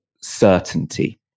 certainty